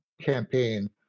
campaign